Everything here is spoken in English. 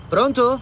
Pronto